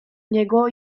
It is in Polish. niego